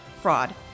Fraud